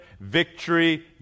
victory